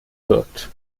wirkt